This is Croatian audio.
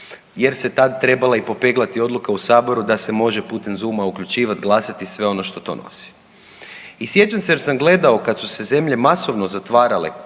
jer se tad trebala i popeglati odluka u Saboru da se može putem Zooma uključivati, glasati i sve ono što to nosi. I sjećam se jer sam gledao kad su se zemlje masovno zatvarale